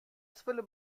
zwille